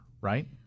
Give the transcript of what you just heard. Right